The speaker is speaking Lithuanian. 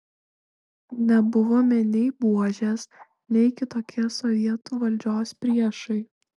nebuvome nei buožės nei kitokie sovietų valdžios priešai